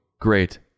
great